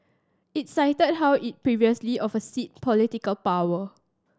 it cited how it previously of seat political power